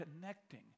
connecting